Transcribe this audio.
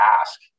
ask